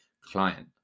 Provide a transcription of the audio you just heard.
client